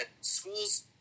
schools